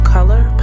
Color